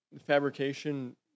fabrication